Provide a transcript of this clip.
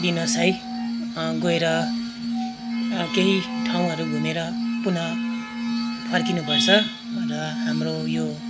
दिनुहोस् है गएर केही ठाउँहरू घुमेर पुनः फर्किनुपर्छ र हाम्रो यो